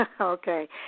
okay